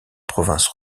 province